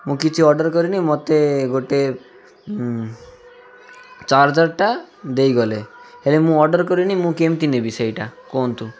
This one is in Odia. ମୁଁ କିଛି ଅର୍ଡ଼ର କରିନି ମୋତେ ଗୋଟେ ଚାର୍ଜରଟା ଦେଇଗଲେ ହେଲେ ମୁଁ ଅର୍ଡ଼ର କରିନି ମୁଁ କେମିତି ନେବି ସେଇଟା କୁହନ୍ତୁ